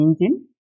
engine